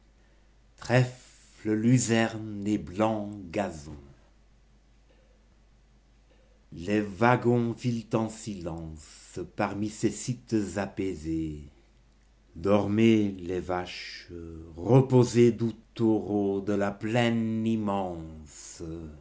prairies trèfle luzerne et blancs gazons les wagons filent en silence parmi ces sites apaisés dormez les vaches reposez doux taureaux de la plaine immense